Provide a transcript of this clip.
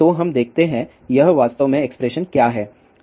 तो हम देखते हैं यह वास्तव में एक्सप्रेशन क्या है